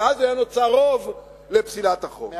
כי אז היה נוצר רוב לפסילת החוק.